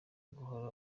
guhora